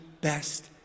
best